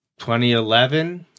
2011